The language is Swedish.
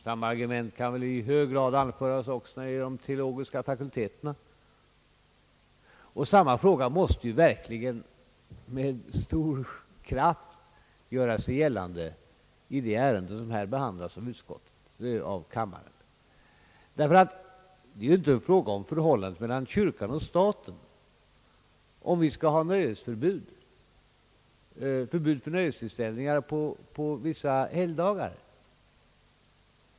Samma argument kan väl i hög grad anföras också när det gäller de teologiska fakulteterna, och samma sak måste med stor kraft göra sig gällande i de ärenden som här behandlas av kammaren. Förhållandet mellan kyrkan och staten berörs inte när det gäller frågan om vi skall ha förbud mot nöjestillställningar på vissa helgdagar.